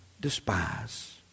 despise